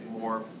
more